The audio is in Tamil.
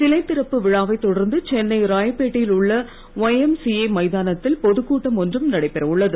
சிலை திறப்பு விழாவைத் தொடர்ந்து சென்னை ராயபேட்டையில் உள்ள ஒய்எம்சிஏ மைதானத்தில் பொதுக்கூட்டம் ஒன்றும் நடைபெற உள்ளது